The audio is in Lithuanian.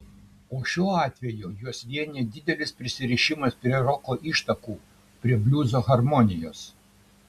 o šiuo atveju juos vienija didelis prisirišimas prie roko ištakų prie bliuzo harmonijos